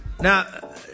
Now